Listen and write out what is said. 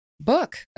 book